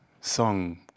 song